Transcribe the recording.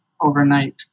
overnight